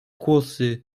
kłosy